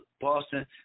Boston